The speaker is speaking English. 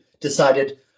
decided